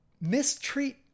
mistreat